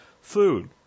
Food